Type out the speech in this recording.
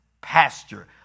pasture